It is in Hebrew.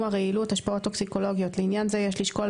הרעילות (השפעות טוקסיקולוגיות); לעניין זה יש לשקול,